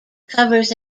covers